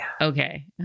Okay